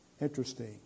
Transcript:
Interesting